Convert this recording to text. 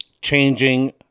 changing